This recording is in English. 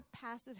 passive